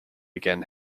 again